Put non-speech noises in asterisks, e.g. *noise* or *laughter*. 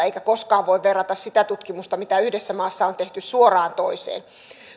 *unintelligible* eikä koskaan voi verrata sitä tutkimusta mitä yhdessä maassa on tehty suoraan toiseen